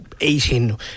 eating